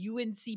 UNC